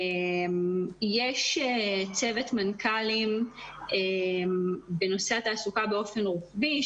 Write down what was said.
יש צוות מנכ"לים לטיפול בנושא התעסוקה באופן רוחבי,